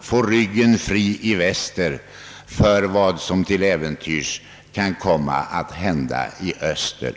får ryggen fri i väster och kan inrikta sig på vad som till äventyrs händer i öster.